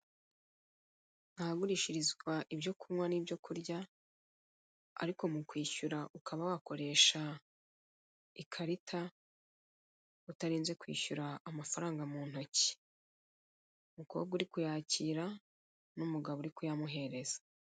Ahagurishirizwa ibyo kunywa n'ibyo kurya ariko mukwishyura ukaba wakoresha ikarita utarinze kwishyura amafaranga mu ntoki, umukobwa uri kuyakira n'umugabo uri kuyamuhereza.